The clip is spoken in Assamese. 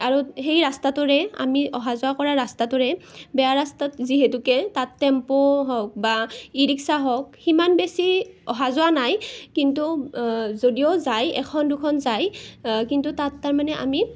আৰু সেই ৰাস্তাটোৰে আমি অহা যোৱা কৰা ৰাস্তাটোৰে বেয়া ৰাস্তাত অহা যোৱা কৰা তাত টেম্পু হওক বা ই ৰিক্সা হওক ইমান বেছি অহা যোৱা নাই যদিও যাই এখন দুখন যাই কিন্তু তাত তাৰমানে আমি